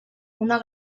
una